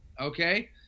Okay